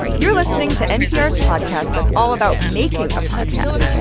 you're listening to npr's podcast that's all about making a podcast.